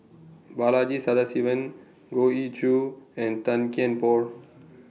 Balaji Sadasivan Goh Ee Choo and Tan Kian Por